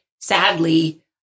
sadly